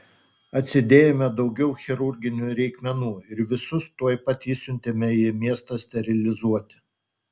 atsidėjome daugiau chirurginių reikmenų ir visus tuoj pat išsiuntėme į miestą sterilizuoti